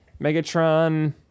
Megatron